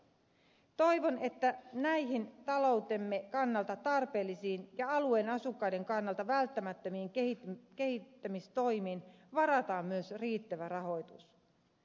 toivon että näihin taloutemme kannalta tarpeellisiin ja alueen asukkaiden kannalta välttämättömiin kehittämistoimiin varataan myös riittävä rahoitus